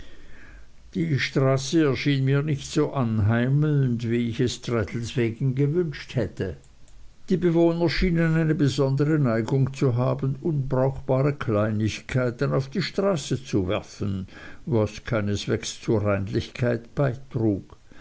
die straße erschien mir nicht so anheimelnd wie ich es traddles wegen gewünscht hätte die bewohner schienen eine besondere neigung zu haben unbrauchbare kleinigkeiten auf die straße zu werfen was keineswegs zur reinlichkeit beitrug